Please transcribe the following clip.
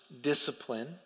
discipline